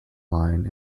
line